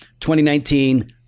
2019